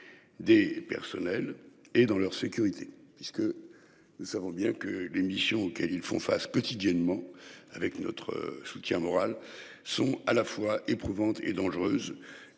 Des personnels et dans leur sécurité. Ce que nous savons bien que l'émission auxquelles ils font face quotidiennement avec notre soutien moral sont à la fois éprouvante et dangereuse